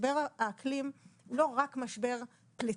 משבר האקלים הוא לא רק משבר פליטות,